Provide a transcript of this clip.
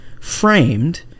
framed